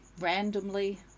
randomly